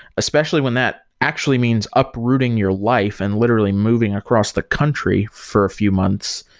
especially when that actually means uprooting your life and literally moving across the country for a few months.